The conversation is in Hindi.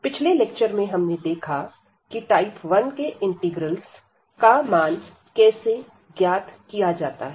पिछले लेक्चर में हमने देखा कि टाइप 1 के इंटीग्रल्स का मान कैसे ज्ञात किया जाता है